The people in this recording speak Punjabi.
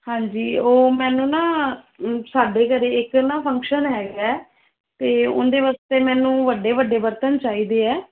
ਹਾਂਜੀ ਉਹ ਮੈਨੂੰ ਨਾ ਸਾਡੇ ਘਰ ਇੱਕ ਨਾ ਫੰਕਸ਼ਨ ਹੈਗਾ ਅਤੇ ਉਹਦੇ ਵਾਸਤੇ ਮੈਨੂੰ ਵੱਡੇ ਵੱਡੇ ਬਰਤਨ ਚਾਹੀਦੇ ਹੈ